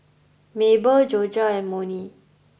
Mable Jorja Monnie